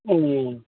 ம்